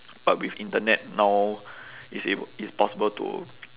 but with internet now it's able it's possible to